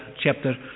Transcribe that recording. chapter